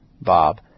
Bob